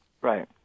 Right